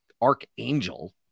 archangel